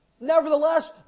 nevertheless